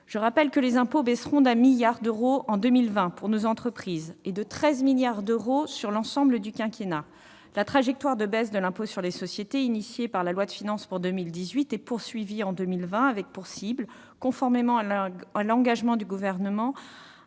Je rappelle que les impôts baisseront de 1 milliard d'euros en 2020 pour nos entreprises et de 13 milliards d'euros sur l'ensemble du quinquennat. La trajectoire de baisse de l'impôt sur les sociétés, initiée par la loi de finances pour 2018, est poursuivie en 2020, avec pour cible, conformément à l'engagement du Gouvernement,